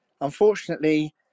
unfortunately